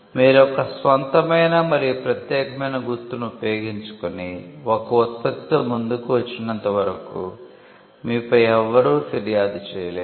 మీరు ఒక స్వంతమైన మరియు ప్రత్యేకమైన గుర్తును ఉపయోగించుకుని ఒక ఉత్పత్తితో ముందుకు వచ్చినంత వరకు మీపై ఎవ్వరూ ఫిర్యాదు చేయలేరు